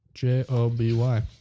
J-O-B-Y